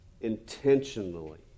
intentionally